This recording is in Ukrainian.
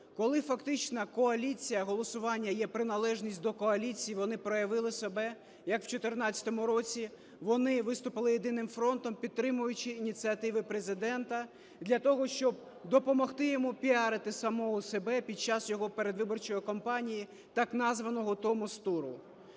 коли фактично коаліція, голосування є приналежність до коаліції, вони проявили себе, як в 14-му році: вони виступили єдиним фронтом, підтримуючи ініціативи Президента, для того щоб допомогти йому піарити самого себе під час його передвиборчої кампанії, так названого томос-туру.